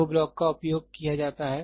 2 block का उपयोग किया जाता है